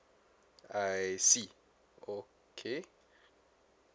I see okay